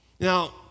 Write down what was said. now